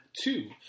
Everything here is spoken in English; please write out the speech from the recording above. two